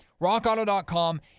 rockauto.com